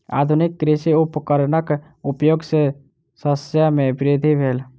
आधुनिक कृषि उपकरणक उपयोग सॅ शस्य मे वृद्धि भेल